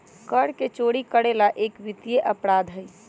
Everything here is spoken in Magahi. कर के चोरी करे ला एक वित्तीय अपराध हई